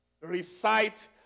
Recite